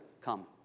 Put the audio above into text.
come